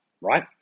right